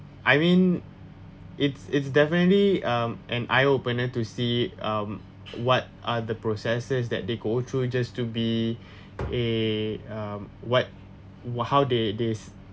I mean it's it's definitely um an eye opener to see um what are the processes that they go through just to be a um what what how they they